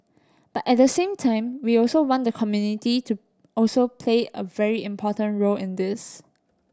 but at the same time we also want the community to also play a very important role in this